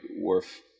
worth